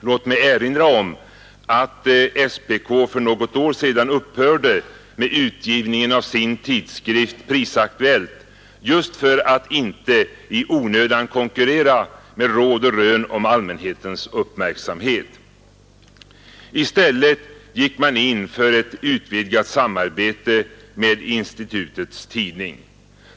Låt mig erinra om att SPK för något år sedan upphörde med utgivningen av sin tidskrift Prisaktuellt just för att inte i onödan konkurrera med Råd och Rön om allmänhetens uppmärksamhet. I stället gick man in för ett utvidgat samarbete med institutets tidning.